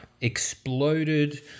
exploded